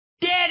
Daddy